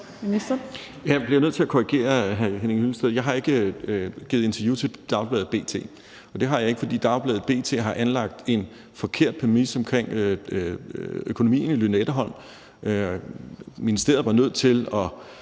Jeg bliver nødt til at korrigere hr. Henning Hyllested. Jeg har ikke givet interview til dagbladet B.T., og det har jeg ikke, fordi dagbladet B.T. har anlagt en forkert præmis omkring økonomien i Lynetteholm. Ministeriet var nødt til at